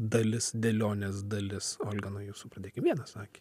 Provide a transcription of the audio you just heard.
dalis dėlionės dalis olga nuo jūsų pradėkim vieną sakinį